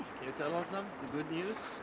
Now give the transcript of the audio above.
tell, hassam? the good news.